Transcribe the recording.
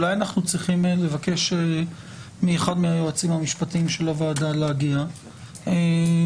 אולי אנחנו צריכים לבקש מאחד מהיועצים המשפטיים של הוועדה להגיע לכאן.